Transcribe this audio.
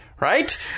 Right